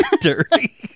dirty